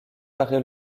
paray